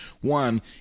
One